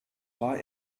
war